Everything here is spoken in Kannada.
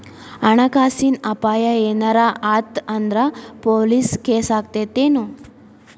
ಹಣ ಕಾಸಿನ್ ಅಪಾಯಾ ಏನರ ಆತ್ ಅಂದ್ರ ಪೊಲೇಸ್ ಕೇಸಾಕ್ಕೇತೆನು?